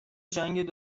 جنگ